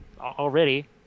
already